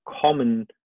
common